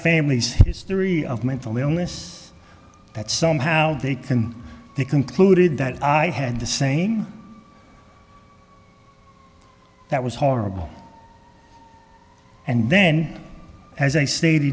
family's history of mental illness that somehow they can be concluded that i had the same that was horrible and then as i s